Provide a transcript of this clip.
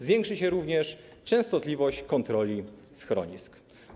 Zwiększy się również częstotliwość kontroli schronisk.